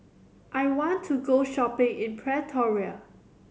I want to go shopping in Pretoria